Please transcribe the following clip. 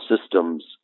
systems